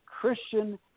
christian